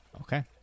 Okay